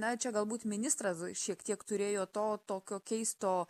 na čia galbūt ministras šiek tiek turėjo to tokio keisto